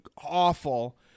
awful